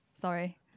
sorry